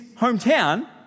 hometown